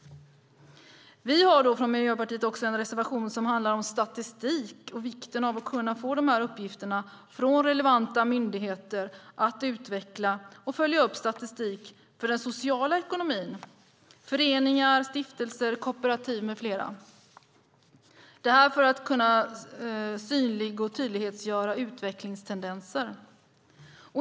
Vi har från Miljöpartiet också en reservation som handlar om statistik och vikten av att kunna få de här uppgifterna från relevanta myndigheter, att utveckla och följa upp statistik för den sociala ekonomin, föreningar, stiftelser, kooperativ med flera - detta för att kunna synlig och tydliggöra utvecklingstendenser.